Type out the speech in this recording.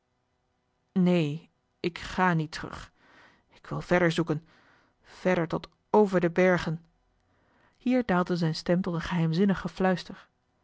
neen ik ga niet terug ik wil verder zoeken verder tot over de bergen hier daalde zijne